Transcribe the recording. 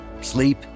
sleep